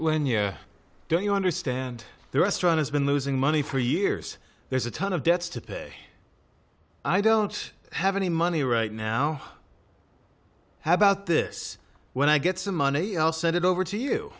when you're don't you understand the restaurant has been losing money for years there's a ton of debts to pay i don't have any money right now how about this when i get some money all send it over to you